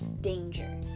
danger